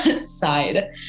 side